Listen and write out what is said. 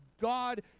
God